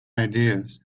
ideas